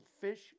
fish